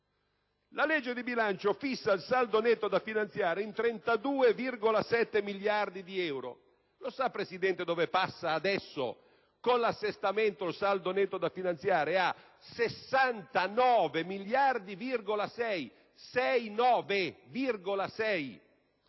la legge di bilancio fissa il saldo netto da finanziare in 32,7 miliardi di euro: lo sa, signor Presidente, che adesso, con l'assestamento, il saldo netto da finanziare passa a 69,6 miliardi di euro?